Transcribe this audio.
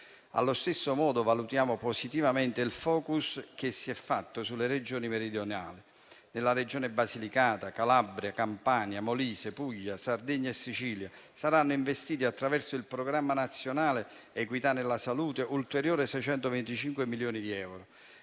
Allo stesso modo, valutiamo positivamente il *focus* che si è fatto sulle Regioni meridionali. Nelle Regioni Basilicata, Calabria, Campania, Molise, Puglia, Sardegna e Sicilia saranno investiti, attraverso il programma nazionale Equità nella salute, ulteriori 625 milioni di euro.